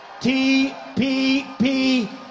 TPP